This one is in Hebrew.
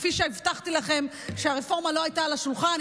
כפי שהבטחתם לכם שהרפורמה לא הייתה על השולחן,